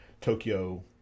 Tokyo